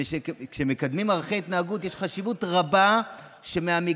וכשמקדמים ערכי התנהגות יש חשיבות רבה שבעלי